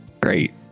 great